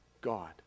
God